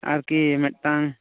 ᱟᱨᱠᱤ ᱢᱮᱫᱴᱟᱝ